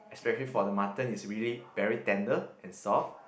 especially for the mutton is really very tender and soft